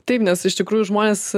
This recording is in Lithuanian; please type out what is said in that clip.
taip nes iš tikrųjų žmonės